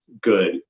good